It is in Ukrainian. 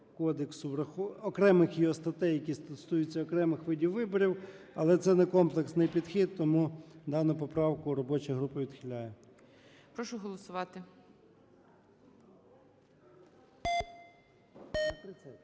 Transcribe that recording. окремих його статей, які стосуються окремих видів виборів, але це не комплексний підхід, тому дану поправку робоча група відхиляє.